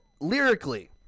Lyrically